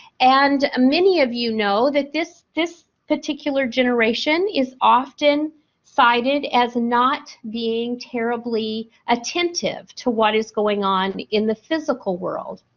and, many of you know that this, this particular generation is often cited as not being terribly attentive to what is going on in the physical world.